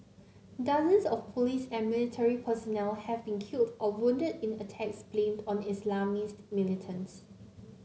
dozens of police and military personnel have been killed or wounded in attacks blamed on Islamist militants